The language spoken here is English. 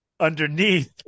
underneath